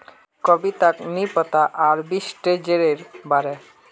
कविताक नी पता आर्बिट्रेजेर बारे